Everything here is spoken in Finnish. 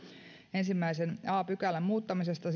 ensimmäisen a pykälän muuttamisesta